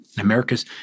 America's